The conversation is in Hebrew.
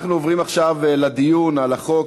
אנחנו עוברים עכשיו לדיון על החוק,